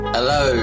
Hello